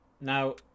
Now